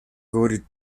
говорить